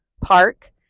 park